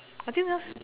I think yours